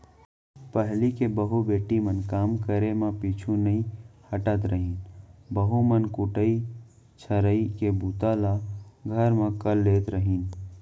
पहिली के बहू बेटी मन काम करे म पीछू नइ हटत रहिन, बहू मन कुटई छरई के बूता ल घर म कर लेत रहिन